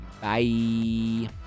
Bye